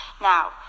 Now